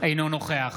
אינו נוכח